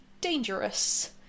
dangerous